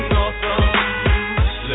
awesome